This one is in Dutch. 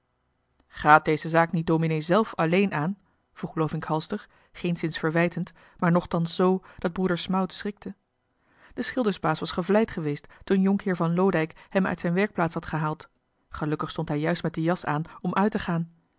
gaat deze zaak niet dominee zelf alleen aan vroeg lovink halster geenszins verwijtend maar nochtans zoo dat broeder smout schrikte de schildersbaas was gevleid geweest toen jonkheer van loodijck hem uit zijn werkplaats had gehaald gelukkig stond hij juist met de jas aan om uit te gaan